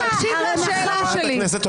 שמחה, הרי מחר --- חברת הכנסת אורית פרקש.